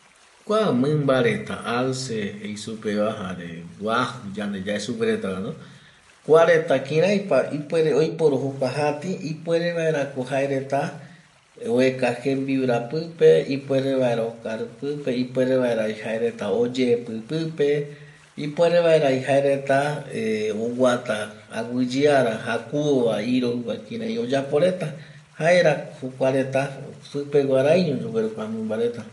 Cua mimba reta Alce jeisupe va jare guaju yande yae supe retava kua reta kirai pa ipuere oiporu jokua jati ipuerevaera jaereta ueka jmbiura pipe ipuerevaera okaru pipe ipuerevaera jaereta oyepi pipe ipuerevaera jaereta oguata aguiyera jakuvo iroiba kirai oyapovaera reta jaera ko jokuareta supeguaraiño yogueru kua mimba reta